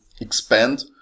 expand